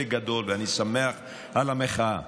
ובצדק גדול, ואני שמח על המחאה.